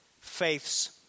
faith's